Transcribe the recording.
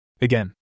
again